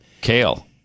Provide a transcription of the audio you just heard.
Kale